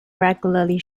regularly